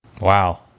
Wow